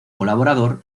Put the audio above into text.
colaborador